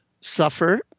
suffer